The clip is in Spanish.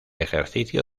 ejercicio